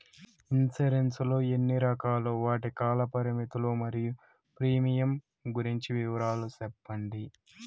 Insurance లు ఎన్ని రకాలు? వాటి కాల పరిమితులు మరియు ప్రీమియం గురించి వివరాలు సెప్పండి?